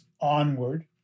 onward